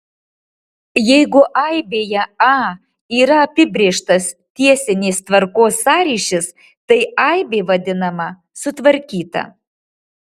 jeigu aibėje a yra apibrėžtas tiesinės tvarkos sąryšis tai aibė vadinama sutvarkyta